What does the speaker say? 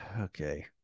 Okay